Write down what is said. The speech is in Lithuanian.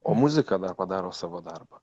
o muzika dar padaro savo darbą